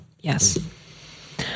Yes